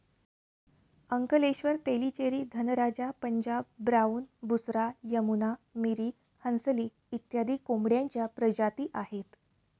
Ankleshwar, Tellicherry, Dhanraja, Punjab brown, Busra, Yamuna, Miri, Hansli इत्यादी कोंबड्यांच्या प्रजाती आहेत